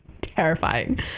terrifying